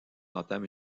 entame